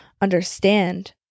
understand